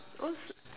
oh so